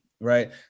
right